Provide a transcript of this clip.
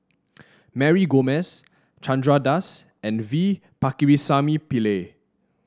Mary Gomes Chandra Das and V Pakirisamy Pillai